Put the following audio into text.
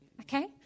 Okay